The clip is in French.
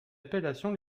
appellation